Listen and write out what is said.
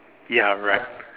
ya right